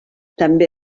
també